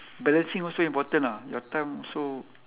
balancing also important ah your time so